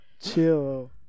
Chill